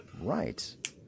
Right